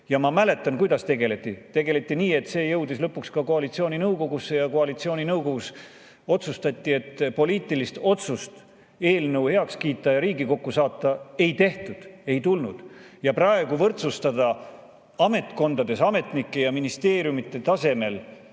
Ma mäletan, kuidas tegeleti. Tegeleti nii, et see jõudis lõpuks koalitsiooninõukogusse ja koalitsiooninõukogus otsustati, et poliitilist otsust eelnõu heaks kiita ja Riigikokku saata ei tehta. Seda ei tulnud. Võrdsustada ametkondades ametnike ja ministeeriumide tasemel